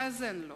האזן לו".